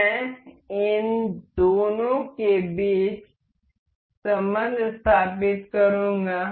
मैं इन दोनों के बीच संबंध स्थापित करूंगा